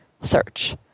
search